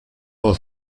nos